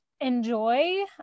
enjoy